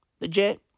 Legit